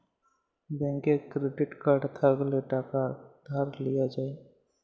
ব্যাংকের credit card থ্যাইকলে টাকা ধার লিয়া যায়